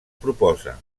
proposa